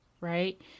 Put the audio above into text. right